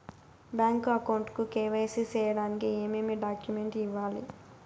Bank account కు KYC సేయడానికి ఏమేమి డాక్యుమెంట్ ఇవ్వాలి?